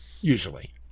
usually